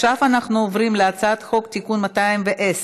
עכשיו אנחנו עוברים להצעת חוק (תיקון 210),